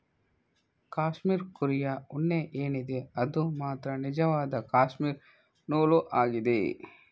cashmere ಕುರಿಯ ಉಣ್ಣೆ ಏನಿದೆ ಅದು ಮಾತ್ರ ನಿಜವಾದ ಕ್ಯಾಶ್ಮೀರ್ ನೂಲು ಆಗಿದೆ